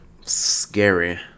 scary